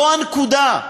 זו הנקודה.